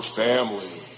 family